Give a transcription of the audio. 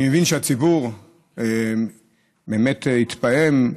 אני מבין שהציבור באמת התפעם,